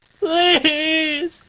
Please